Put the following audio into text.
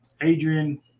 Adrian